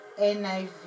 NIV